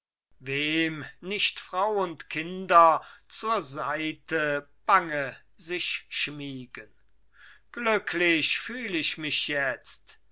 nicht frau und kinder zur seite bange sich schmiegen glücklich fühl ich mich jetzt